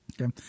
Okay